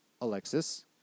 Alexis